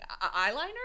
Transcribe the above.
eyeliner